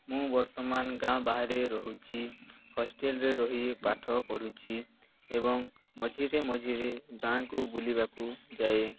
ମୁଁ ବର୍ତ୍ତମାନ ଗାଁ ବାହାରେ ରହୁଛି ହଷ୍ଟେଲରେ ରହି ପାଠ ପଢ଼ୁଛି ଏବଂ ମଝିରେ ମଝିରେ ଗାଁକୁ ବୁଲିବାକୁ ଯାଏ